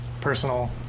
personal